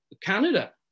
Canada